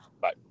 bye